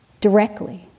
directly